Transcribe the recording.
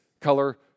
color